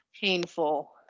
painful